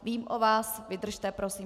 Vím o vás, vydržte prosím.